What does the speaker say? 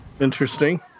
Interesting